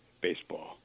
baseball